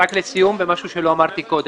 לסיום, משהו שלא אמרתי קודם.